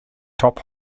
top